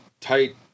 tight